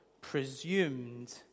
presumed